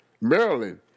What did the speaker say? Maryland